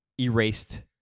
erased